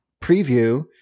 preview